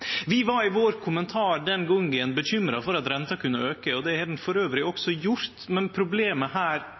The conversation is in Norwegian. Vi var i vår kommentar den gongen bekymra for at renta kunne auke, og det har ho også gjort. Problemet her